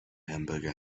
hamburger